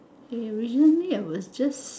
eh really I was just